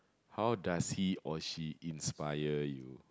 how does he or she inspire you